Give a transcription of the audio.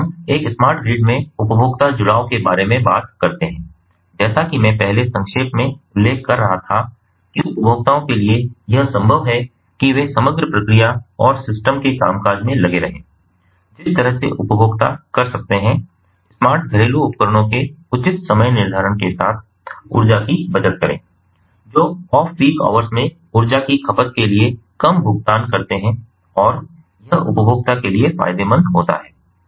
अब हम एक स्मार्ट ग्रिड में उपभोक्ता जुड़ाव के बारे में बात करते हैं जैसा कि मैं पहले संक्षेप में उल्लेख कर रहा था कि उपभोक्ताओं के लिए यह संभव है कि वे समग्र प्रक्रिया और सिस्टम के कामकाज में लगे रहें जिस तरह से उपभोक्ता कर सकते हैं स्मार्ट घरेलू उपकरणों के उचित समय निर्धारण के साथ ऊर्जा की बचत करें जो ऑफ पीक आवर्स में ऊर्जा की खपत के लिए कम भुगतान करते हैं और यह उपभोक्ता के लिए फायदेमंद होता है